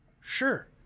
sure